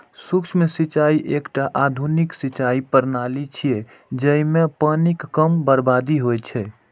सूक्ष्म सिंचाइ एकटा आधुनिक सिंचाइ प्रणाली छियै, जइमे पानिक कम बर्बादी होइ छै